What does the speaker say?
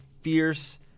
fierce